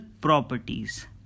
properties